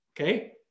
Okay